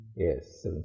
yes